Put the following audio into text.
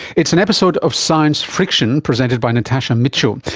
it's an episode of science friction presented by natasha mitchell,